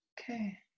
Okay